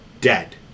dead